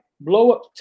blow-up